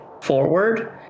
forward